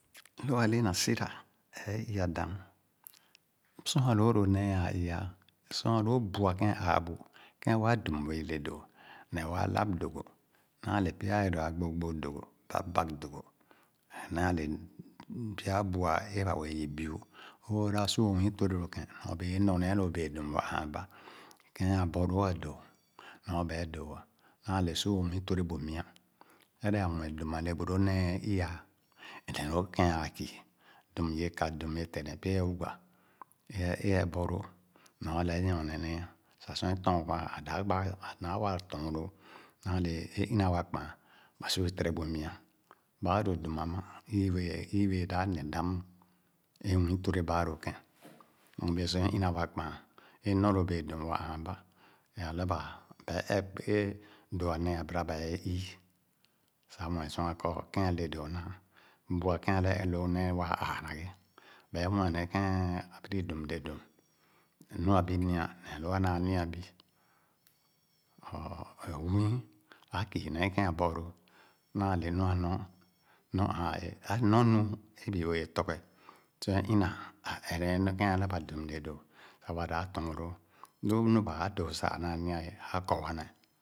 Lo a’le na sira ee i-a dam, m’sua lóó ló néé āā i-a’a. M’sua lōō bua kēn a’aa bu kēn wa dum wēē lē dòò-neh waa a’lab dogò. Naale pya wēē dōō a’ gbogbog dogō, bag-bag dogò ē ànaa be pya bua é ba bèè yup biu. Oo dāp su o’nwii tere lō kēn nyorbee é nɔ nee lō bēē dum wa āān ba Kēn a’bɔlóó a’dóó nɔ bae dōō ā naale su o’nwii tere bu mia. Ere wɛɛn dum a’le bu lōō nèè é ee I-a’a neh lō kēn aa kii, dum ye ka, dum ye teh neh pya ye wuga, éé é’a bɔlōō nɔ alɛ é nyorne nee sah sor é tɔɔn gbaan, a dap gbaa, a’dab wa tɔɔn lóó. Naale é ina wa kpāān ba su’e tere bu mia. Baa lō dum amà, i wéé, i wéé dāb neh dam é nwii tere baa ló kēn, nɔ bēē sor é ina wa kpāān é nɔ lō dum wa āan ba. E’ alabà, ba’e ɛp ē do’a néé abāra ba’e ii sah mue sua mue sua kɔ kēn a’le doo nam é bua kēn e’lo nééwa āānà ghe. Ba’e mue neh kēn abiri dum le dóó, neh nu abi nia, neh lóó anaa nia bi. So nwii, a’kii nee kēn abɔlōō, naale nu a’nɔ, a’nɔ aan éé, a’nɔ nu bi wēē ye tɔghe, sor é ina ā ɛp nee kēn alabà dum le dōō sah wa dāb tɔon loo. Lo nu baa dōō sah anaa ma ye a’kɔ wa neh